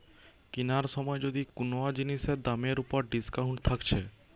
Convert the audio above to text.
কিনার সময় যদি কুনো জিনিসের দামের উপর ডিসকাউন্ট থাকছে